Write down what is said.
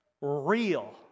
real